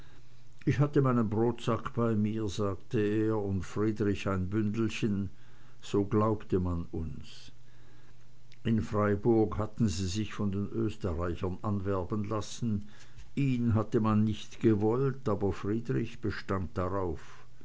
ich hatte meinen brodsack bei mir sagte er und friedrich ein bündelchen so glaubte man uns in freiburg hatten sie sich von den österreichern anwerben lassen ihn hatte man nicht gewollt aber friedrich bestand darauf